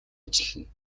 ажиллана